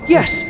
Yes